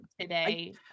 today